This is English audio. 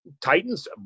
Titans